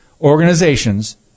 organizations